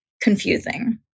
confusing